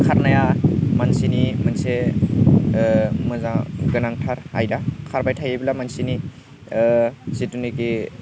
खारनाया मानसिनि मोनसे मोजां गोनांथार आयदा खारबाय थायोब्ला मानसिनि जितुनिकि